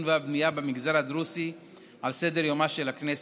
והבנייה במגזר הדרוזי על סדר-יומה של הכנסת,